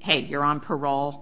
hey you're on parole